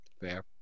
Fair